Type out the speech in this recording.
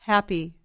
Happy